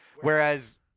whereas